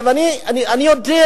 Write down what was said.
אני יודע,